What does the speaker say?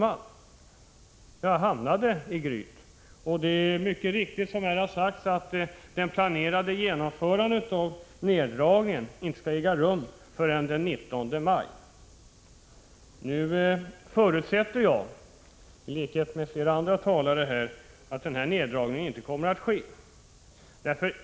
Samtalet hamnade i Gryt, och det är alldeles riktigt som här har sagts att det planerade genomförandet av neddragningen inte kommer att äga rum förrän den 19 maj. Jag förutsätter, i likhet med flera andra talare, att neddragningen inte kommer att ske.